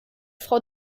frau